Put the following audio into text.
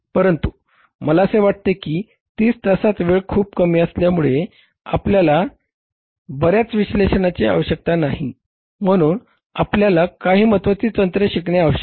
परंतु मला असे वाटते की 30 तासात वेळ खूप कमी असल्यामुळे आपल्याला बऱ्याच विश्लेषणाची आवश्यकता नाही म्हणून आपल्याला काही महत्त्वाची तंत्रे शिकणे आवश्यक आहेत